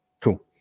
Cool